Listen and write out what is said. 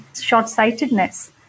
short-sightedness